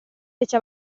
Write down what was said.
fece